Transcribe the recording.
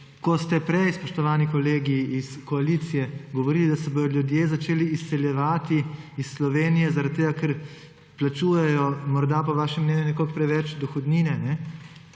Ko ste prej, spoštovani kolegi iz koalicije, govorili, da se bodo ljudje začeli izseljevati iz Slovenije, zaradi tega ker plačujejo morda po vašem mnenju nekoliko več dohodnine,